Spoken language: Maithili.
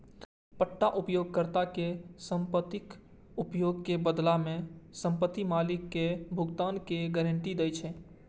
पट्टा उपयोगकर्ता कें संपत्तिक उपयोग के बदला मे संपत्ति मालिक कें भुगतान के गारंटी दै छै